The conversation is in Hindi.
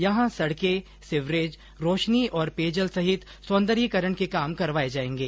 यहां सड़के सिवरेज रोशनी और पेयजल सहित सौन्दर्यकरण के काम करवाये जायेंगे